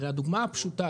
הרי הדוגמה הפשוטה,